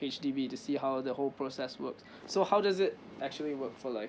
H_D_B to see how the whole process works so how does it actually work for like